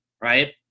Right